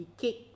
cake